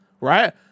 Right